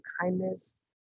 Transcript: kindness